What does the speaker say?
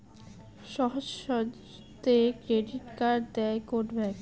সহজ শর্তে credit card দেয় কোন ব্যাংক?